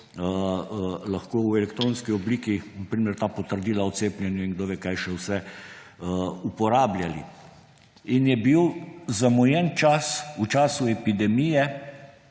lahko v elektronski obliki – na primer potrdila o cepljenju in kdo ve, kaj še vse – uporabljali. In je bil zamujen čas v času epidemije,